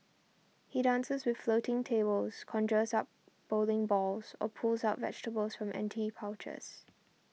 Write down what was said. he dances with floating tables conjures up bowling balls or pulls out vegetables from empty pouches